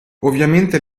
ovviamente